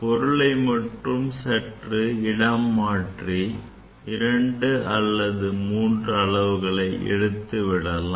பொருளை மட்டும் சற்று இடம் மாற்றி 2 அல்லது 3 அளவுகள் எடுத்துவிடலாம்